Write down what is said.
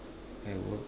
I work